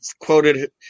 quoted